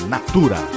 Natura